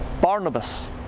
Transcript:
Barnabas